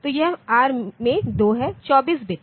तो यह r में 2 है 24 बिट